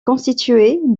constituée